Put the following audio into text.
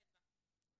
חדווה,